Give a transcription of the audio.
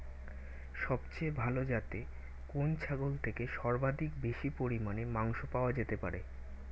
সবচেয়ে ভালো যাতে কোন ছাগল থেকে সর্বাধিক বেশি পরিমাণে মাংস পাওয়া যেতে পারে?